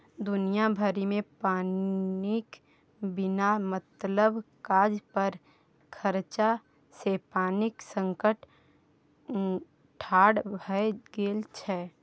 दुनिया भरिमे पानिक बिना मतलब काज पर खरचा सँ पानिक संकट ठाढ़ भए गेल छै